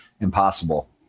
impossible